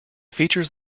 features